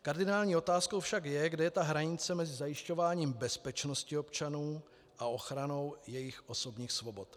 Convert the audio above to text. Kardinální otázkou však je, kde je ta hranice mezi zajišťováním bezpečnosti občanů a ochranou jejich osobních svobod.